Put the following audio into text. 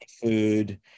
food